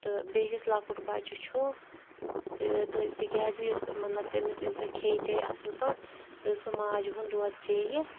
تہٕ بیٚیہِ یُس لۄکُٹ بَچہِ چھُ تہٕ تِکیٛازِ یُس مطلب تٔمِس ییٚلہِ سۄ کھیٚیہِ چیٚیہِ اَصٕل پٲٹھۍ ییٚلہِ سُہ ماجہِ ہُںٛد دۄد چیٚیہِ